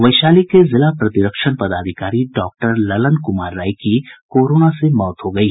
वैशाली के जिला प्रतिरक्षण पदाधिकारी डॉक्टर ललन क्मार राय की कोरोना से मौत हो गयी